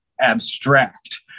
abstract